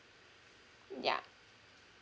ya